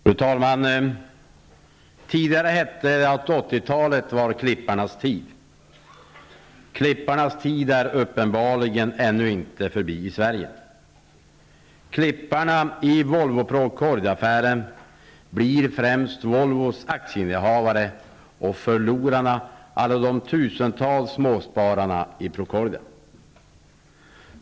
Herr talman! Tidigare hette det att 1980-talet var klipparnas tid. Men klipparnas tid är uppenbarligen ännu inte förbi i Sverige. Klipparna i Volvo Procordiaaffären blir främst Volvos aktieinnehavare, och förlorare blir alla de tusentals småspararna i Procordia.